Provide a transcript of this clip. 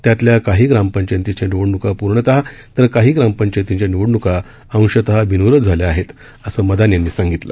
त्यातल्या काही ग्रामपंचायतींच्या निवडण्का पूर्णत तर काही ग्रामपंचायतींच्या निवडण्का अंशत बिनविरोध झाल्या आहेत असं मदान यांनी सांगितलं